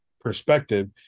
perspective